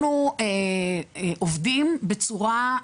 אנחנו עובדים בצורה,